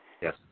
Yes